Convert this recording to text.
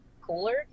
cooler